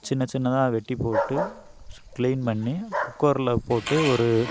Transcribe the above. சின்ன சின்னதாக வெட்டி போட்டு சு கிளீன் பண்ணி குக்கரில் போட்டு ஒரு